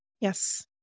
Yes